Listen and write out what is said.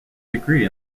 degree